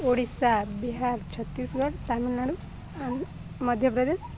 ଓଡ଼ିଶା ବିହାର ଛତିଶଗଡ଼ ତାମିଲନାଡ଼ୁ ଆ ମଧ୍ୟପ୍ରଦେଶ